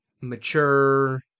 mature